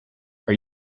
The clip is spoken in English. are